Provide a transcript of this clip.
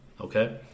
Okay